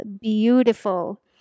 beautiful